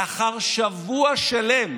בשונה, בפעם הקודמת, לאחר שבוע שלם